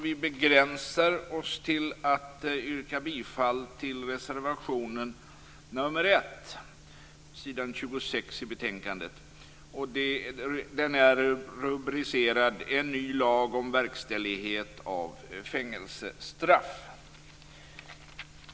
Vi begränsar oss till att yrka bifall till reservation nr 1 i betänkandet på s. 26, rubricerad "En ny lag om verkställighet av fängelsestraff".